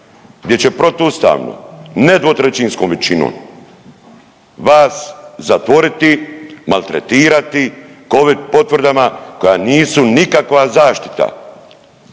gdje će protuustavno, ne dvotrećinskom većinom vas zatvoriti, maltretirati covid potvrdama koja nisu nikakva zaštita